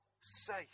Safe